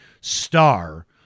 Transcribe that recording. star